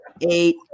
eight